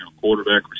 quarterback